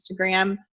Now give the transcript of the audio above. Instagram